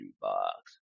Box